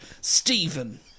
Stephen